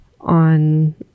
on